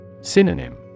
Synonym